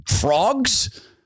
Frogs